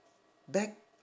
back